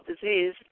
disease